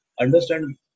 Understand